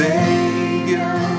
Savior